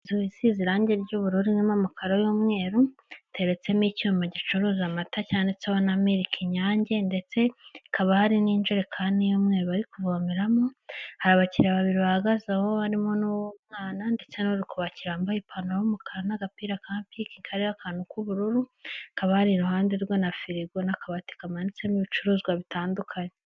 Inzu isize irangi ry'ubururu irimo amakaro y'umweru, iteretsemo icyuma gicuruza amata cyanditseho na miIiki inyange, ndetse hakaba hari n'injerekani y'umweru bari kuvomeramo, hari abakiriya babiri bahagaze aho barimo n'umwana ndetse n'uri kubakira wambaye ipantaro y'umukara n'agapira ka pinki kariho akantu k'ubururu, hakaba iruhande rwe na firigo n'akabati kamanitsemo ibicuruzwa bitandukanye.